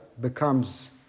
becomes